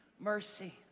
mercy